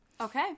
okay